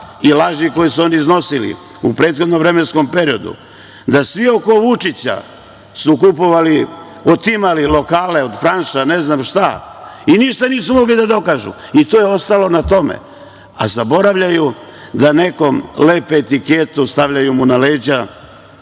i laži koje su oni iznosili u prethodnom vremenskom periodu, da svi oko Vučića su kupovali, otimali lokale, od Franša i ne znam šta i ništa nisu mogli da dokažu, to je ostalo na tome. Zaboravljaju da nekome lepe etiketu, stavljaju mu na leđa